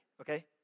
okay